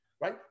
Right